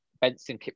Benson